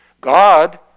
God